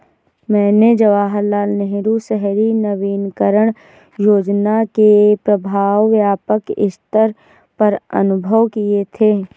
मैंने जवाहरलाल नेहरू शहरी नवीनकरण योजना के प्रभाव व्यापक सत्तर पर अनुभव किये थे